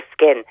skin